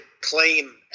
claim